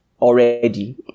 already